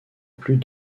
plus